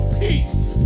peace